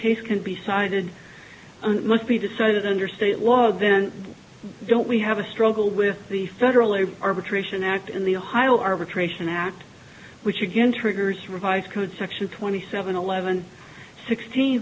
case can be cited must be decided under state law then don't we have a struggle with the federal air arbitration act in the ohio arbitration act which again triggers revised code section twenty seven eleven sixteen